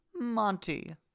Monty